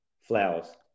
Flowers